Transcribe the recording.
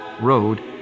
Road